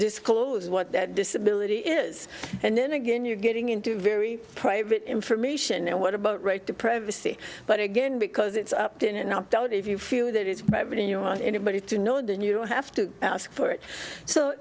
disclose what that disability is and then again you're getting into very private information and what about right to privacy but again because it's up in an opt out if you feel that it's private and you want anybody to know then you don't have to ask for it so